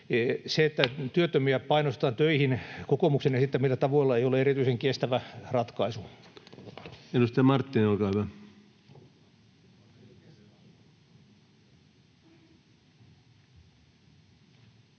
Se, että työttömiä painostetaan töihin kokoomuksen esittämillä tavoilla, ei ole erityisen kestävä ratkaisu. Edustaja Marttinen, olkaa hyvä. Arvoisa